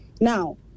Now